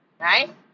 right